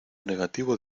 negativo